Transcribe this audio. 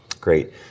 Great